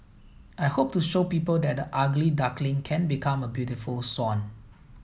I hope to show people that the ugly duckling can become a beautiful swan